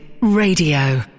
Radio